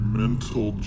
mental